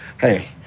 hey